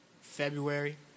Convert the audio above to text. february